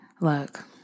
Look